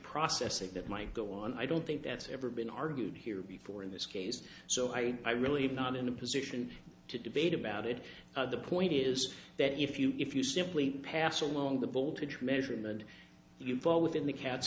processing that might go on i don't think that's ever been argued here before in this case so i i really am not in a position to debate about it the point is that if you if you simply pass along the voltage measurement you fall within the cat's